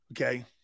Okay